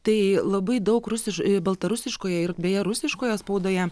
tai labai daug rusiš baltarusiškoje ir beje rusiškoje spaudoje